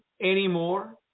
anymore